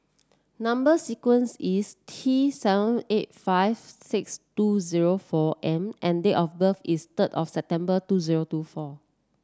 number sequence is T seven eight five six two zero four M and date of birth is third of September two zero two four